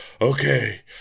okay